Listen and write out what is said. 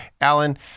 Alan